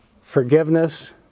Forgiveness